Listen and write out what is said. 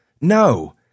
No